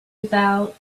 about